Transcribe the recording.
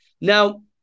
Now